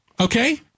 Okay